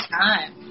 time